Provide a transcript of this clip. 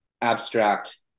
abstract